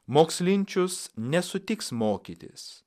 mokslinčius nesutiks mokytis